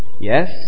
yes